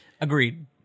Agreed